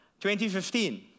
2015